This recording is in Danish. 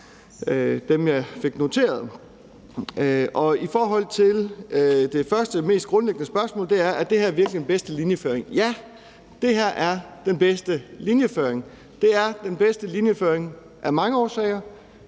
jeg fik noteret. Det første og mest grundlæggende spørgsmål er: Er det her virkelig den bedste linjeføring? Ja, det her er den bedste linjeføring. Det er den bedste linjeføring af mange årsager,